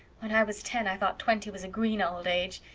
when i was ten i thought twenty was a green old age.